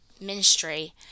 ministry